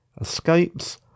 escapes